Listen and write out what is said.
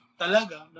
talaga